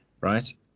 right